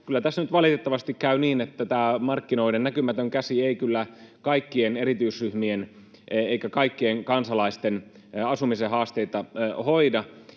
taustalla — valitettavasti käy niin, että tämä markkinoiden näkymätön käsi ei kyllä kaikkien erityisryhmien eikä kaikkien kansalaisten asumisen haasteita hoida,